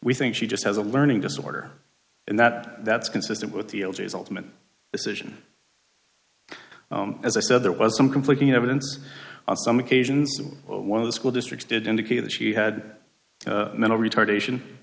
we think she just has a learning disorder and that that's consistent with the old days ultimate decision as i said there was some conflicting evidence on some occasions one of the school districts did indicate that she had mental retardation